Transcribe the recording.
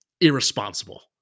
irresponsible